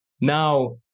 Now